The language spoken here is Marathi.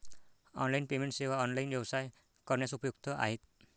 ऑनलाइन पेमेंट सेवा ऑनलाइन व्यवसाय करण्यास उपयुक्त आहेत